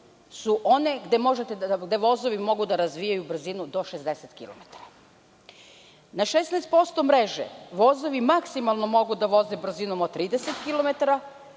su one gde vozovi mogu da razvijaju brzinu do 60 kilometara. Na 16% mreže vozovi maksimalno mogu da voze brzinom od 30